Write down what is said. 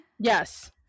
Yes